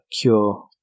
Cure